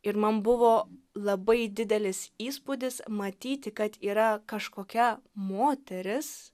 ir man buvo labai didelis įspūdis matyti kad yra kažkokia moteris